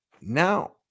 now